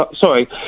Sorry